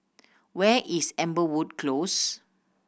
where is Amberwood Close